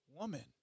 woman